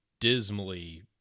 dismally